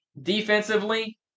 Defensively